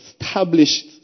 established